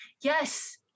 yes